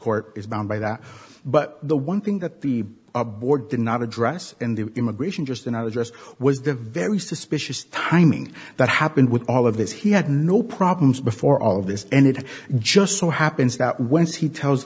court is bound by that but the one thing that the board did not address in the immigration just in i was just was the very suspicious timing that happened with all of this he had no problems before all of this and it just so happens that when's he tells